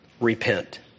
Repent